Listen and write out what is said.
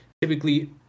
typically